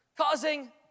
Causing